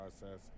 process